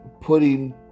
putting